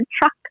truck